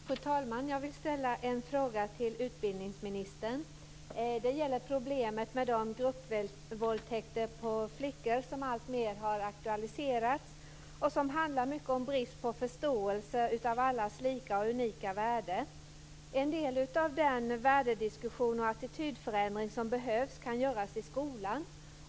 Fru talman! Jag vill ställa en fråga till utbildningsministern. Det gäller det problem med gruppvåldtäkter på flickor som alltmer har aktualiserats och som mycket handlar om brist på förståelse av allas lika och unika värde. En del av den värdediskussion och attitydförändring som behövs kan göras i skolan.